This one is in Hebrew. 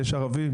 יש ערבים,